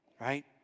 Right